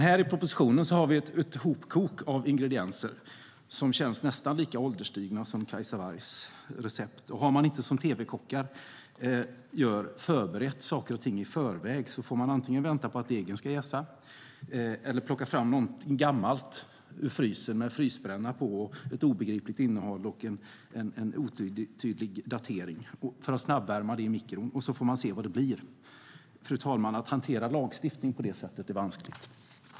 Här i propositionen har vi ett hopkok av ingredienser som känns nästan lika ålderstigna som Cajsa Wargs recept. Har man inte - som tv-kockarna gör - förberett saker och ting i förväg får man antingen vänta på att degen ska jäsa eller plocka fram något gammalt ur frysen med frysbränna, obegripligt innehåll och otydlig datering för att snabbvärma i mikron. Sedan får man se vad det blir. Fru talman! Att hantera lagstiftning på det sättet är vanskligt.